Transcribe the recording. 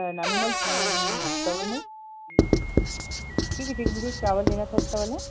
नानुमल्स ठीक है ठीक है मुझे एक चावल लेना था अच्छा वाला